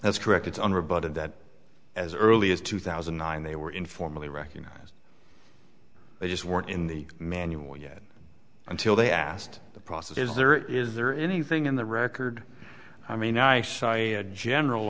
as correct it's unrebutted that as early as two thousand and nine they were informally recognised they just weren't in the manual yet until they asked the process is there is there anything in the record i mean i saya general